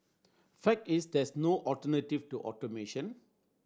fact is there is no alternative to automation